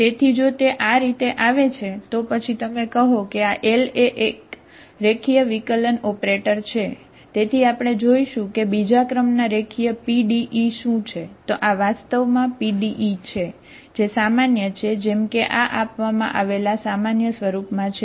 તેથી જો તે આ રીતે આવે છે તો પછી તમે કહો કે આ L એક રેખીય વિકલન ઓપરેટર છે જેમ કે આ આપવામાં આવેલા સામાન્ય સ્વરૂપમાં છે